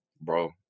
Bro